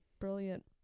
brilliant